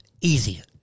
Easy